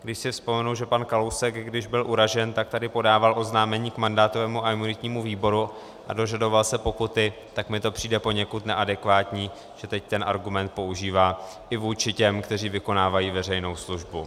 Když si vzpomenu, že pan Kalousek, když byl uražen, tak tady podával oznámení k mandátovému a imunitnímu výboru a dožadoval se pokuty, tak mi to přijde poněkud neadekvátní, že teď ten argument používá i vůči těm, kteří vykonávají veřejnou službu.